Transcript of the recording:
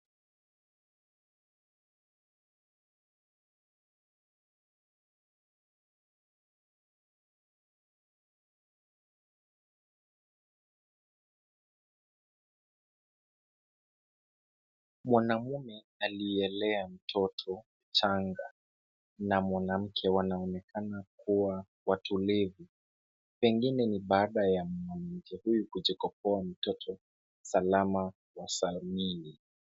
Mwanaume aliyelea mtoto mchanga na mwanamke wanaonekana kuwa watulivu, pengine ni baada ya mwanamke huyu kujikopoa mtoto salama wa salmini.